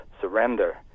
surrender